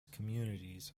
communities